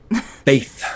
Faith